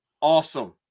Awesome